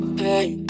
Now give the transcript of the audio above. hey